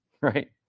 Right